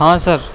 ہاں سر